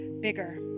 bigger